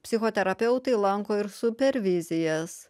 psichoterapeutai lanko ir supervizijas